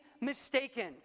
mistaken